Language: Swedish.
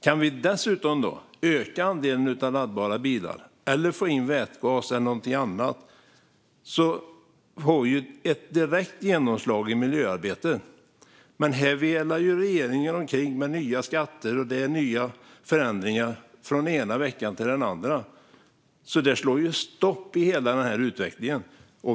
Om vi dessutom kan öka andelen laddbara bilar eller få in vätgas eller något annat skulle vi få ett direkt genomslag i miljöarbetet. Regeringen velar dock omkring med nya skatter, och det är nya förändringar från den ena veckan till den andra. Det här sätter stopp för hela utvecklingen.